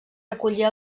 recollia